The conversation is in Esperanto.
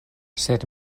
sed